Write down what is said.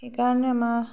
সেইকাৰণে ম